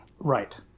Right